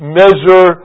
measure